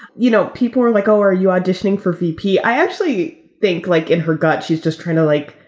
you know, people were like, oh, are you auditioning for v p? i actually think like in her gut, she's just trying to, like,